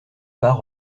part